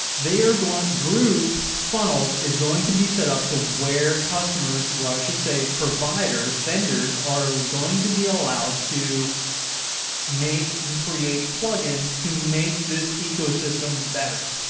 they are going, groove funnels is going to be set up to where customers, why should say providers, vendors are like going to be allowed to make and create plugins to make this ecosystem better.